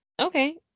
Okay